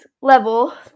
level